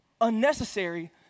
unnecessary